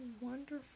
wonderful